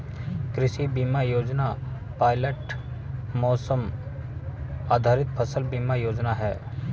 कृषि बीमा योजना पायलट मौसम आधारित फसल बीमा योजना है